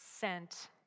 sent